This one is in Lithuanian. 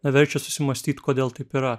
verčia susimąstyt kodėl taip yra